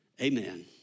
Amen